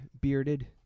bearded